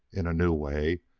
in a new way,